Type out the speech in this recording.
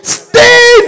stay